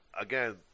Again